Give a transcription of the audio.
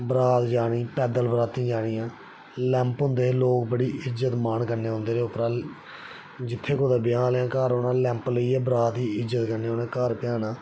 बारात जानी पैद्दल बारात जानियां लैंप होंदे हे लोक बड़ी इज्जत मान कन्नै औंदे हे जित्थै कुतै ब्याह् आह्ले दे घर होना लैंप लेइयै बारात गी बड़ी इज्जत कन्नै उ'नें घर पजाना